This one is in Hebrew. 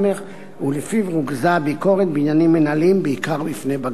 ולפיו רוכזה הביקורת בעניינים מינהליים בעיקר בפני בג"ץ.